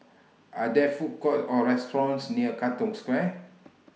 Are There Food Courts Or restaurants near Katong Square